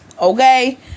Okay